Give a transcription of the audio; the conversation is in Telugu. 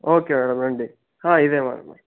ఓకే మేడం రండి ఇదే మేడం